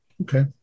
Okay